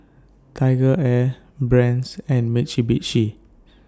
TigerAir Brand's and Mitsubishi